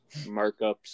Markups